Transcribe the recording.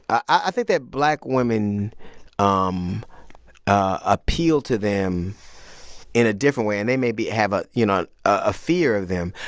i think that black women um appeal to them in a different way. and they maybe have a you know, a fear of them.